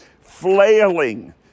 flailing